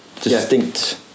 distinct